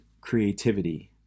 creativity